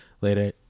Later